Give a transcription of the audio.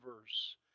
verse